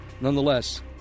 Nonetheless